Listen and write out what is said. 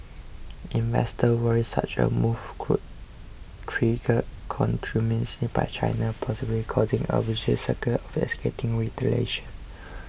investors worry such a move could trigger countermeasures by China possibly causing a vicious cycle of escalating retaliation